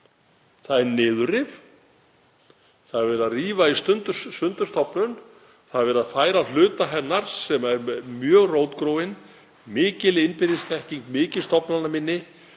niðurrif. Það er verið að rífa í sundur stofnun. Það er verið að færa hluta hennar sem er mjög rótgróinn, mikil innbyrðisþekking, mikið stofnanaminni,